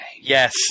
Yes